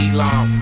Elon